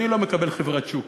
אני לא מקבל חברת שוק.